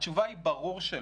התשובה היא ברור שלא.